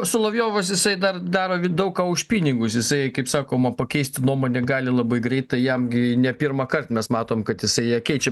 solovjovas jisai dar daro daug ką už pinigus jisai kaip sakoma pakeisti nuomonę gali labai greitai jam gi ne pirmąkart mes matom kad jisai ją keičia